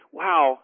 wow